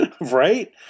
Right